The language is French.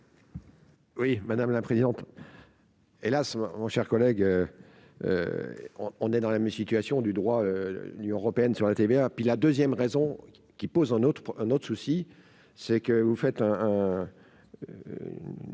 Oui, madame la présidente, hélas, mon cher collègue, on est dans la même situation du droit, l'Union européenne sur la TVA, puis la 2ème raison qui pose un autre un autre souci, c'est que vous faites un